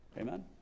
Amen